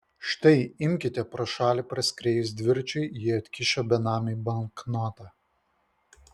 štai imkite pro šalį praskriejus dviračiui ji atkišo benamiui banknotą